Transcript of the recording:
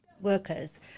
workers